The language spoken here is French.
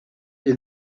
les